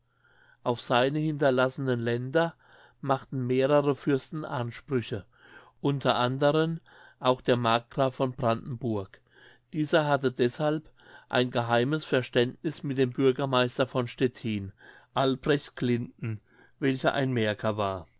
auf seine hinterlassenen länder machten mehrere fürsten ansprüche unter andern auch der markgraf von brandenburg dieser hatte deshalb ein geheimes verständniß mit dem bürgermeister von stettin albrecht glinden welcher ein märker war